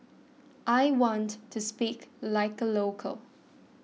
I want to speak like a local